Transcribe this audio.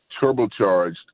turbocharged